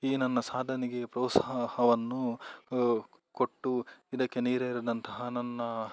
ಈ ನನ್ನ ಸಾಧನೆಗೆ ಪ್ರೋತ್ಸಾಹವನ್ನು ಕೊಟ್ಟು ಇದಕ್ಕೆ ನೀರೆರೆದಂತಹ ನನ್ನ